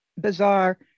bizarre